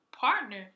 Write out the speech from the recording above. partner